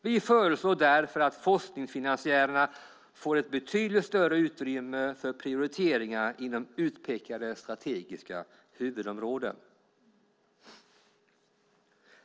Vi föreslår därför att forskningsfinansiärerna får ett betydligt större utrymme för prioriteringar inom utpekade strategiska huvudområden.